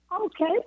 Okay